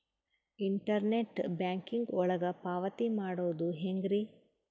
Internet banking ಒಳಗ ಪಾವತಿ ಮಾಡೋದು ಹೆಂಗ್ರಿ?